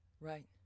Right